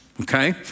okay